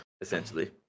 essentially